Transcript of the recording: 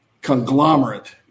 conglomerate